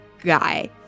guy